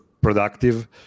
productive